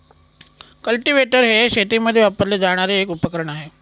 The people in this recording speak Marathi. कल्टीवेटर हे शेतीमध्ये वापरले जाणारे एक उपकरण आहे